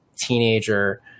teenager